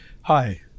Hi